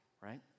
right